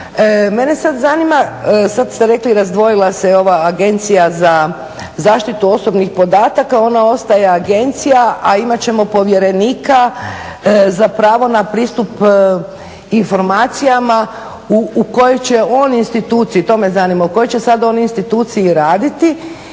Mene sad zanima, sad ste rekli i razdvojila se ova Agencija za zaštitu osobnih podataka, ona ostaje agencija a imat ćemo Povjerenika za pravo na pristup informacijama u kojoj će on instituciji, u kojoj će sad on instituciji raditi